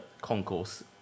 concourse